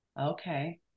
Okay